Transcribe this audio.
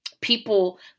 people